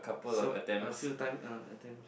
sev~ a few times uh attempts